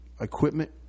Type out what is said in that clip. equipment